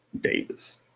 Davis